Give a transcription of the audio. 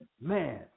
Man